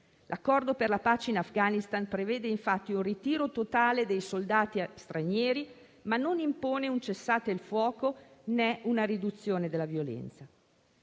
L'accordo per la pace in Afghanistan prevede infatti un ritiro totale dei soldati stranieri, ma non impone un cessate il fuoco, né una riduzione della violenza.